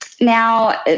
now